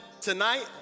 tonight